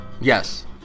Yes